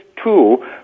tool